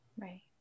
Right